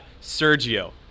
Sergio